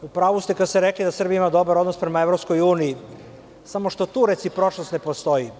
U pravu ste kada ste rekli da Srbija ima dobar odnos prema EU, samo što tu recipročnost ne postoji.